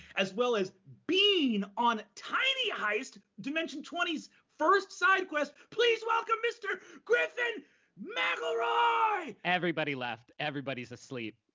as well as being on tiny heist, dimension twenty s first side quest, please welcome mr. griffin mcelroy! everybody left. everybody's asleep.